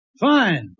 Fine